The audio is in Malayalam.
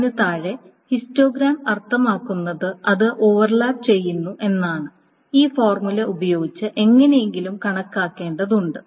അതിനു താഴെ ഹിസ്റ്റോഗ്രാം അർത്ഥമാക്കുന്നത് അത് ഓവർലാപ്പ് ചെയ്യുന്നു എന്നാണ് ഈ ഫോർമുല ഉപയോഗിച്ച് എങ്ങനെയെങ്കിലും കണക്കാക്കേണ്ടതുണ്ട്